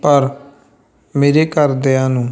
ਪਰ ਮੇਰੇ ਘਰਦਿਆਂ ਨੂੰ